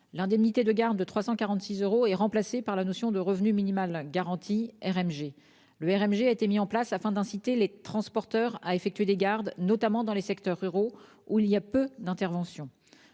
L'indemnité de garde de 346 euros est remplacée par la notion de revenu minimum garanti : ce RMG a été mis en place afin d'inciter les transporteurs à effectuer des gardes, en particulier dans les secteurs ruraux où il y a peu d'interventions.